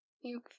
you-